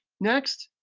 next,